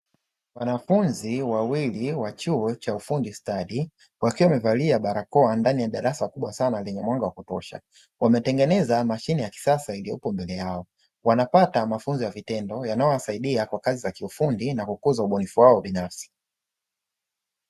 Wanafunzi wawili wa chuo cha ufundi stadi, wakiwa wamevalia barakoa ndani ya darasa kubwa sana lenye mwanga wa kutosha. Wametengeneza mashine ya kisasa iliyopo mbele yao, wanapata mafunzo ya vitendo yanaowasaidia kwa kazi za kiufundi na kukuza ubunifu wao binafsi.